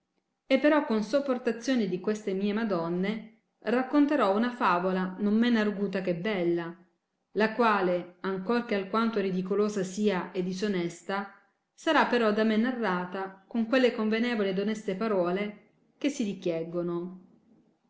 e però con sopportazione di queste mie madonne racconterò una favola non men arguta che bella la quale ancor che alquanto ridicolosa sia e disonesta sarà però da me narrata con quelle convenevoli ed oneste parole che si richieggono